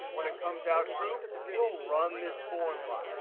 when it comes out true, we'll run this formula.